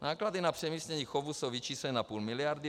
Náklady na přemístění chovu jsou vyčísleny na půl miliardy.